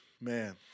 Man